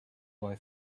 boy